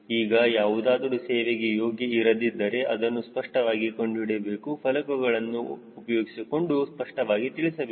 ಈಗ ಯಾವುದಾದರೂ ಸೇವೆಗೆ ಯೋಗ್ಯ ಇರದಿದ್ದರೆ ಅದನ್ನು ಸ್ಪಷ್ಟವಾಗಿ ಕಂಡುಹಿಡಿಯಬೇಕು ಫಲಕಗಳನ್ನು ಉಪಯೋಗಿಸಿಕೊಂಡು ಸ್ಪಷ್ಟವಾಗಿ ತಿಳಿಸಬೇಕು